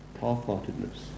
Half-heartedness